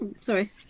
Sorry